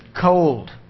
cold